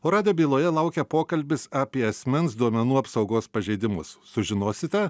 o radijo byloje laukia pokalbis apie asmens duomenų apsaugos pažeidimus sužinosite